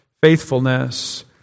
faithfulness